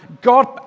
God